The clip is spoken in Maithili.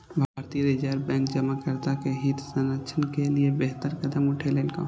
भारतीय रिजर्व बैंक जमाकर्ता के हित संरक्षण के लिए बेहतर कदम उठेलकै